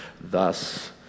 thus